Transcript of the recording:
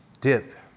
dip